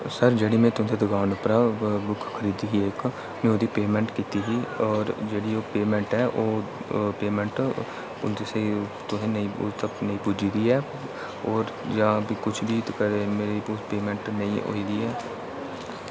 sir जेह्ड़ी में तुं'दी दकान परा इक बुक खरीदी ही इक में ओह्दी पेमैंट कीती ही पर जेह्ड़ी ओह् पेमैंट ऐ ओह् पेमेंट ओह् तुसेंगी ओह् तुसेंगी हून तक्क नेईं पुज्जी दी ऐ जां भी मेरी बुक दी पेमैंट नेईं होई दी ऐ